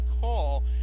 call